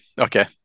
Okay